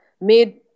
made